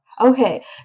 Okay